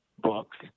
Books